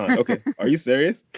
ok. are you serious?